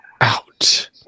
out